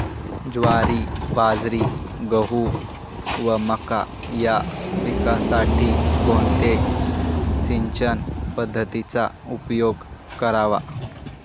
ज्वारी, बाजरी, गहू व मका या पिकांसाठी कोणत्या सिंचन पद्धतीचा उपयोग करावा?